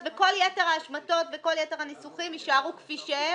וכל יתר ההשמטות וכל יתר הניסוחים יישארו כפי שהם?